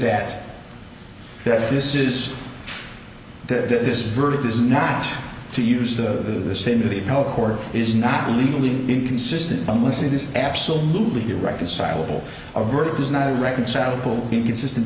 that that this is that this verdict is not to use the same to the court is not legally inconsistent unless it is absolutely irreconcilable a verdict is not irreconcilable inconsistent